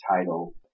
title